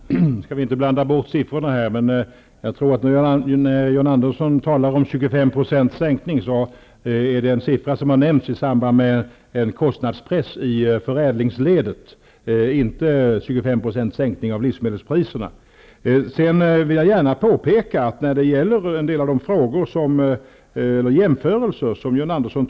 Fru talman! Nu skall vi inte blanda bort siffrorna. John Andersson talar om en sänkning på 25 %. Det är en siffra som har nämnts i samband med en kostnadspress i förädlingsledet. Det skulle alltså inte vara en sänkning av livsmedelspriserna med 25 %. John Andersson tar upp en del jämförelser i sin fråga.